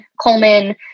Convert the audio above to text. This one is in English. Coleman